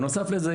בנוסף לזה,